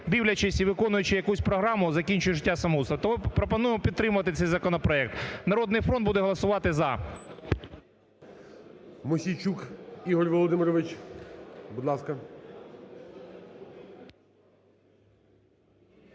дивлячись і виконуючи якусь програму закінчує життя самогубством. Тому пропоную підтримати цей законопроект, "Народний фронт" буде голосувати – за. ГОЛОВУЮЧИЙ. Мосійчук Ігор Володимирович, будь ласка.